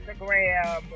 Instagram